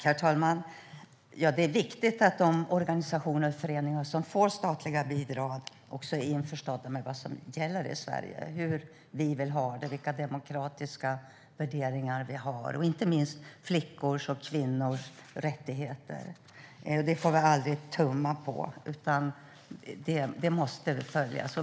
Herr talman! Ja, det är viktigt att de organisationer och föreningar som får statliga bidrag är införstådda med vad som gäller i Sverige, hur vi vill ha det och vilka demokratiska värderingar vi har - det gäller inte minst flickors och kvinnors rättigheter. Det får vi aldrig tumma på, utan det måste följas.